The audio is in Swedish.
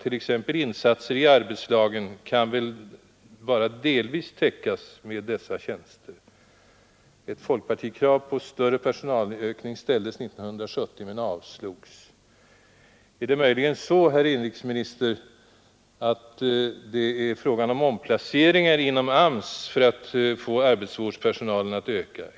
t.ex. insatser i arbetslagen, kan väl bara delvis Ett folkpartikrav på större personalökning ställdes 1970 men avslogs. Är det möjligen, herr inrikesminister, fråga om omplaceringar inom AMS för att få arbetsvårdspersonalen att öka?